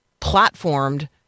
platformed